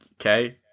Okay